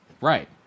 Right